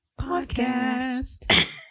podcast